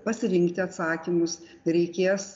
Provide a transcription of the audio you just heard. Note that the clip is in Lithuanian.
pasirinkti atsakymus reikės